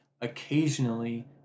Occasionally